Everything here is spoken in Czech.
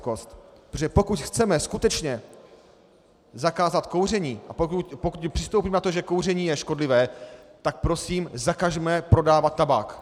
Protože pokud chceme skutečně zakázat kouření a pokud přistoupíme na to, že kouření je škodlivé, tak prosím zakažme prodávat tabák.